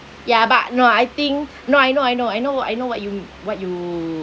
ya but no I think no I know I know I know what I know what you mean what you